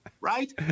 right